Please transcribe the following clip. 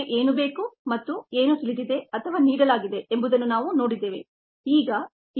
ನಮಗೆ ಏನು ಬೇಕು ಮತ್ತು ಏನು ತಿಳಿದಿದೆ ಅಥವಾ ನೀಡಲಾಗಿದೆ ಎಂಬುದನ್ನು ನಾವು ನೋಡಿದ್ದೇವೆ